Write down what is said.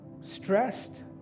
stressed